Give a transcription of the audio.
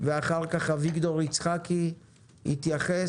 ואחר כך אביגדור יצחקי יתייחס.